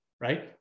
right